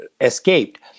escaped